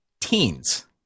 teens